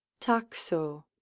taxo